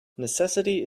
necessity